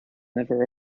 never